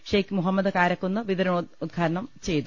shake Muhammad Karakkunnu വിതരണോദ്ഘാടനം ചെയ്തു